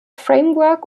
framework